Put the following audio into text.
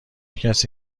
کسی